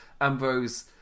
Ambrose